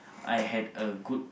I had a good